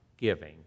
giving